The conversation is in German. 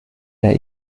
der